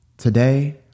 Today